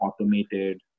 automated